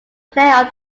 player